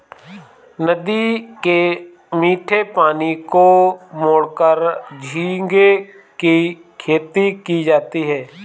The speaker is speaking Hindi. नदी के मीठे पानी को मोड़कर झींगे की खेती की जाती है